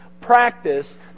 practice